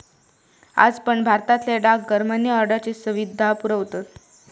आज पण भारतातले डाकघर मनी ऑर्डरची सुविधा पुरवतत